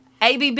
ABB